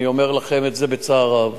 אני אומר לכם את זה בצער רב.